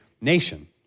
nation